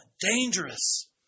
dangerous